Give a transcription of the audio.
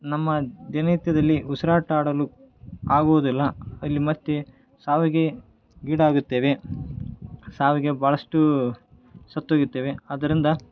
ನಮ್ಮ ದಿನನಿತ್ಯದಲ್ಲಿ ಉಸಿರಾಟ ಆಡಲು ಆಗುವುದಿಲ್ಲ ಅಲ್ಲಿ ಮತ್ತೆ ಸಾವಿಗೆ ಈಡಾಗುತ್ತೇವೆ ಸಾವಿಗೆ ಭಾಳಷ್ಟು ಸತ್ತೋಗುತ್ತೇವೆ ಅದರಿಂದ